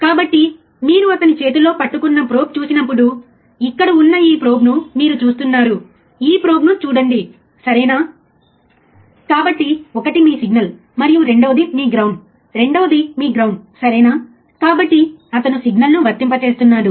మొదటి దశ function generator circuit ఉపయోగించి తరువాత 1 volt peak to peak 25 kilohertz వద్ద వర్తింపజేయండి